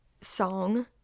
song